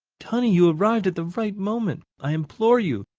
tunny, you arrived at the right moment! i implore you,